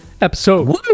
Episode